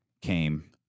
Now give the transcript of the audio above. came